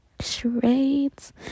charades